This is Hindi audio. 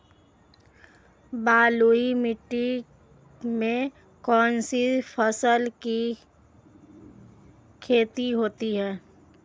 बलुई मिट्टी में कौनसी फसल की खेती होती है?